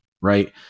Right